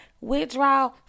withdraw